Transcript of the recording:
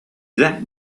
that